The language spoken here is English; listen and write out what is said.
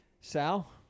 sal